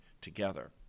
together